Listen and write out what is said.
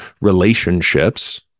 relationships